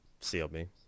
CLB